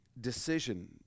decision